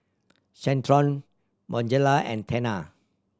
Centrum Bonjela and Tena